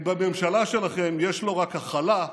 כי בממשלה שלכם יש לא רק הכלה,